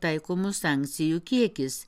taikomų sankcijų kiekis